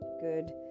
good